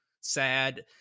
sad